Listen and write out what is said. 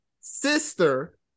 sister